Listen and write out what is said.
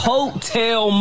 Hotel